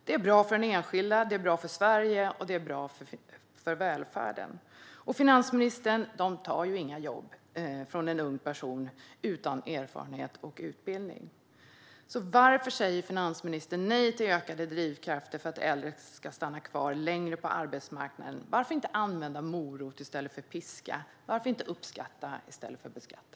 Det är bra för den enskilda, för Sverige och för välfärden. Och, finansministern, de tar ju inga jobb från unga personer utan erfarenhet och utbildning. Så varför säger finansministern nej till ökade drivkrafter för att äldre ska stanna kvar längre på arbetsmarknaden? Varför inte använda morot i stället för piska? Varför inte uppskatta i stället för att beskatta?